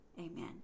Amen